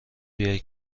بیای